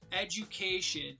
education